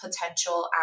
potential